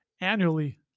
annually